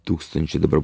tūkstančiai dabar